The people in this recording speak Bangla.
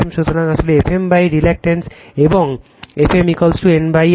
সুতরাং আসলে Fm রিলাকটেন্স এবং Fm N I l